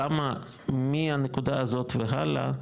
כמה מהנקודה הזאת והלאה,